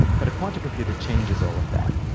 but a quantum computer changes all of that.